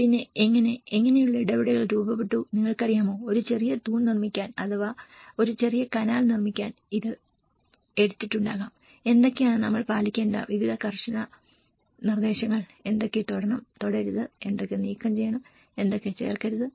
പിന്നെ എങ്ങനെ എങ്ങനെയുള്ള ഇടപെടലുകൾ രൂപപ്പെട്ടു നിങ്ങൾക്കറിയാമോ ഒരു ചെറിയ തൂൺ നിർമ്മിക്കാൻ അഥവാ ഒരു ചെറിയ കനാൽ നിർമ്മിക്കാൻ ഇത് എടുത്തിട്ടുണ്ടാകാം എന്തൊക്കെയാണ് നമ്മൾ പാലിക്കേണ്ട വിവിധ കർശന നിർദ്ദേശങ്ങൾ എന്തൊക്കെ തൊടണം തൊടരുത് എന്തൊക്കെ നീക്കം ചെയ്യണം എന്തൊക്കെ ചേർക്കരുത്